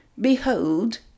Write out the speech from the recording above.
behold